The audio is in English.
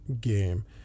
game